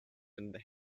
been